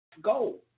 go